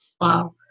Wow